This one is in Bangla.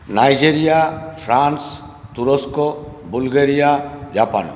নাইজেরিয়া ফ্রান্স তুরস্ক বুলগেরিয়া জাপান